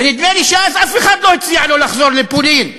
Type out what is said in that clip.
ונדמה לי שאז אף אחד לא הציע לו לחזור לפולין,